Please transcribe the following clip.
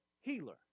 healer